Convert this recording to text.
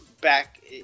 back